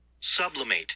Sublimate